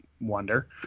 wonder